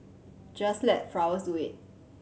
just let flowers do it